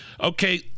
Okay